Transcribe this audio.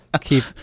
keep